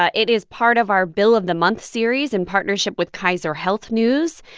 ah it is part of our bill of the month series in partnership with kaiser health news.